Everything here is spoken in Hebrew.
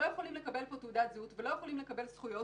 לא יכולים לקבל פה תעודת זהות ולא יכולים לקבל זכויות,